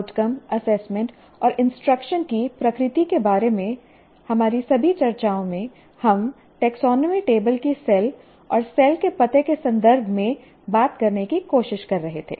outcome assessment और instruction की प्रकृति के बारे में हमारी सभी चर्चाओं में हम टेक्सोनोमी टेबल की सेल और सेल के पते के संदर्भ में बात करने की कोशिश कर रहे थे